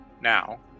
now